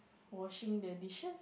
washing the dishes